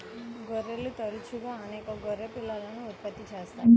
గొర్రెలు తరచుగా అనేక గొర్రె పిల్లలను ఉత్పత్తి చేస్తాయి